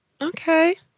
Okay